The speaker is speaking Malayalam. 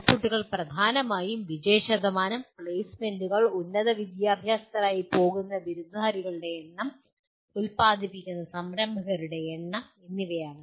ഔട്ട്പുട്ടുകൾ പ്രധാനമായും വിജയശതമാനം പ്ലെയ്സ്മെന്റുകൾ ഉന്നത വിദ്യാഭ്യാസത്തിനായി പോകുന്ന ബിരുദധാരികളുടെ എണ്ണം ഉൽപാദിപ്പിക്കുന്ന സംരംഭകരുടെ എണ്ണം എന്നിവയാണ്